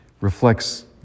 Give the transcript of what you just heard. reflects